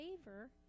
favor